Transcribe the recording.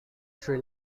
sri